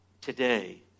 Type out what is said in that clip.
today